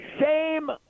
shame